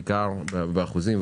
בעיקר באחוזים,